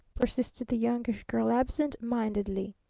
persisted the youngish girl absent-mindedly.